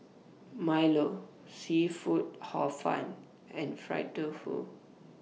Milo Seafood Hor Fun and Fried Tofu